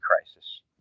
crisis